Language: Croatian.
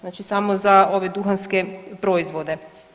Znači samo za ove duhanske proizvode?